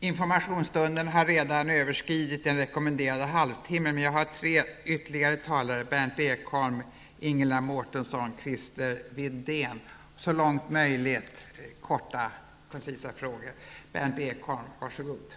Informationsstunden har redan överskridit den rekommenderade halvtimmen, men jag har tre ytterligare talare anmälda: Berndt Ekholm, Ingela Mårtensson och Christer Windén. Jag ber dessa talare att så långt möjligt ställa korta, koncisa frågor.